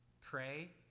pray